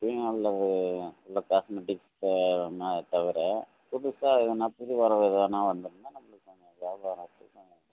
பீங்கான்ல ஒரு உள்ள காஸ்மெட்டிக்ஸ் ந தவிர புதுசாக எதுனா புது வரவு எதுனா வந்திருந்தா நம்மளுக்கு கொஞ்சம் வியாபாரம்